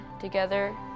together